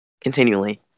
Continually